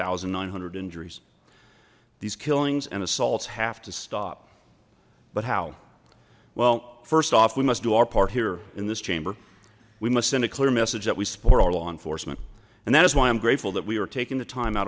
thousand nine hundred injuries these killings and assaults have to stop but how well first off we must do our part here in this chamber we must send a clear message that we support our law enforcement and that is why i'm grateful that we were taking the time out